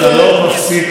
אתה לא מפסיק,